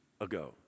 ago